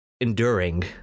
enduring